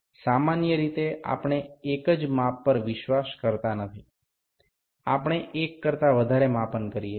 સામાન્ય રીતે આપણે એક જ માપ પર વિશ્વાસ કરતા નથી આપણે એક કરતા વધારે માપન કરીએ છીએ